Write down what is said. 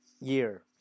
year